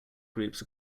groups